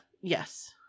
yes